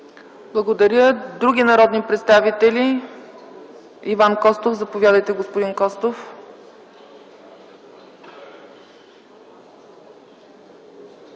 Благодаря. Други народни представители? Заповядайте, господин Костов.